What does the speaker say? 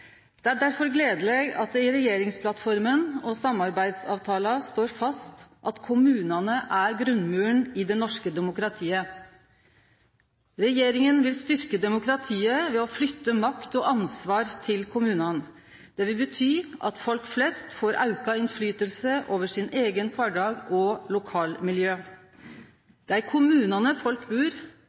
Det er derfor gledeleg at det i regjeringsplattforma og samarbeidsavtala står fast at kommunane er grunnmuren i det norske demokratiet. Regjeringa vil styrkje demokratiet ved å flytte makt og ansvar til kommunane. Det vil bety at folk flest får økt innverknad over sin eigen kvardag og sitt eige lokalmiljø. Det er i kommunane folk bur,